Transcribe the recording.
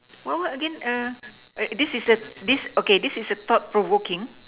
what what what again this is a this okay this is a thought provoking